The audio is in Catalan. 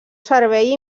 servei